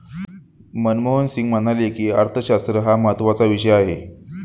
मनमोहन सिंग म्हणाले की, अर्थशास्त्र हा महत्त्वाचा विषय आहे